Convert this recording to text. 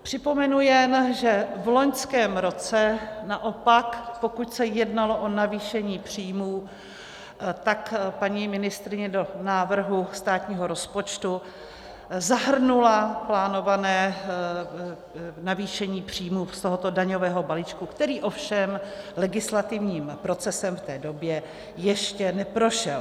Připomenu jen, že v loňském roce naopak, pokud se jednalo o navýšení příjmů, tak paní ministryně do návrhu státního rozpočtu zahrnula plánované navýšení příjmů z daňového balíčku, který ovšem legislativním procesem v té době ještě neprošel.